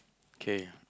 kay